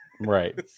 Right